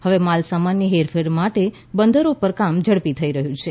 હવે માલ સામાનની હેરફેર માટે હવે બંદરો ઉપર કામ ઝડપી થઇ રહયું છે